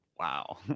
Wow